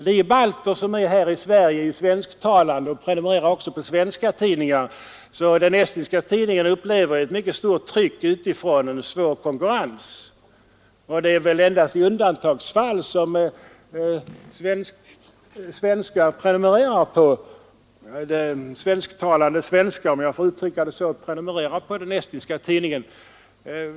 De balter som bor i Sverige och är svensktalande prenumererar också på svenska tidningar varför den estniska tidningen upplever ett mycket stort konkurrenstryck utifrån. Det är väl endast i undantagsfall som svenska medborgare med svenska som modersmål prenumererar på den estniska tidningen.